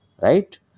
right